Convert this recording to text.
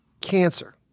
cancer